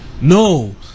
no